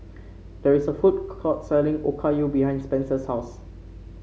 there is a food court selling Okayu behind Spencer's house